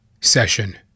session